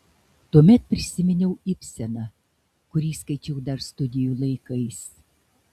tuomet prisiminiau ibseną kurį skaičiau dar studijų laikais